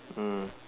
mm